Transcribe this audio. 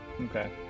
Okay